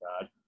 God